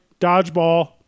Dodgeball